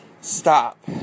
stop